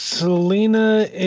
Selena